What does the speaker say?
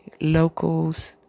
locals